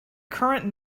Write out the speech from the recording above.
current